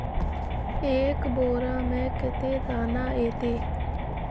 एक बोड़ा में कते दाना ऐते?